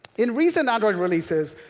in recent android releases,